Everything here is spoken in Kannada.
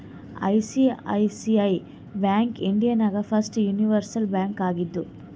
ಐ.ಸಿ.ಐ.ಸಿ.ಐ ಬ್ಯಾಂಕ್ ಇಂಡಿಯಾ ನಾಗ್ ಫಸ್ಟ್ ಯೂನಿವರ್ಸಲ್ ಬ್ಯಾಂಕ್ ಆಗಿದ್ದು